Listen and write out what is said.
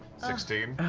sixteen.